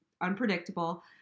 unpredictable